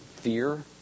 fear